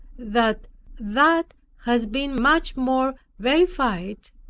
that that has been much more verified,